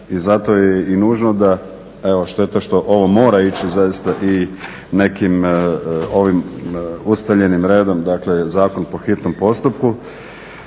I zato je i nužno evo šteta što ovo mora ići zaista i nekim, ovim ustaljenim redom, dakle zakon po hitnom postupku.